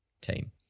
team